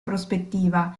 prospettiva